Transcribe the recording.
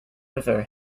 river